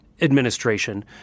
administration